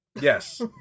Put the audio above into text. Yes